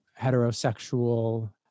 heterosexual